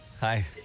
Hi